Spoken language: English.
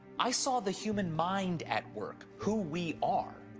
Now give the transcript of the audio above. i saw the human mind at work, who we are.